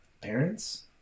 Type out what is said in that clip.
parents